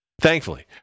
Thankfully